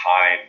time